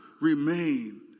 remain